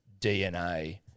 DNA